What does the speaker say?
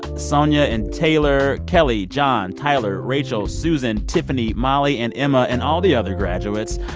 sonya and taylor, kelly, john, tyler, rachel, susan, tiffany, molly and emma and all the other graduates.